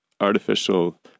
artificial